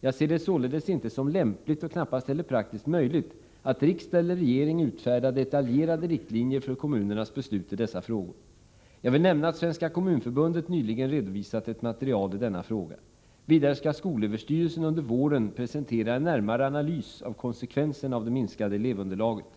Jag ser det således inte som lämpligt och knappast heller praktiskt möjligt att riksdag eller regering utfärdar detaljerade riktlinjer för kommunernas beslut i dessa frågor. Jag vill nämna att Svenska kommunförbundet nyligen redovisat ett material i denna fråga. Vidare skall skolöverstyrelsen under våren presentera en närmare analys av konsekvenserna av det minskade elevunderlaget.